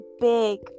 big